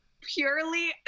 purely